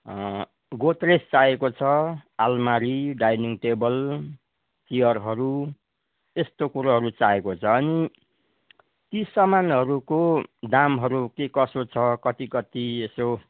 गोद्रेज चाहिएको छ आलमारी डाइनिङ टेबल चियरहरू यस्तो कुरोहरू चाहिएको छ अनि ती सामानहरूको दामहरू के कसो छ कति कति यसो